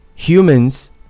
Humans